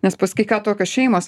nes paskui ką tokios šeimos